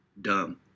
dumb